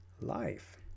life